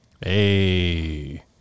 Hey